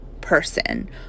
person